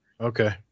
Okay